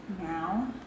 now